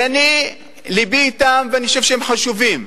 ואני, לבי אתם, ואני חושב שהם חשובים.